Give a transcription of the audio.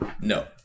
No